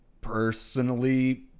personally